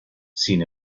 sin